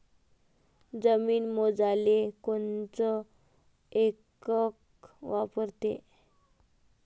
जमीन मोजाले कोनचं एकक वापरते?